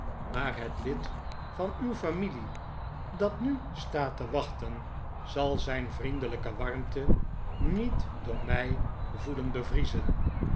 maar het lid van uw familie dat nu staat te wachten zal zijn vriendschappelijke warmte niet door mij voelen bevriezen